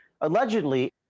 allegedly